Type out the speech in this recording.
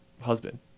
husband